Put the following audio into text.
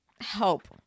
help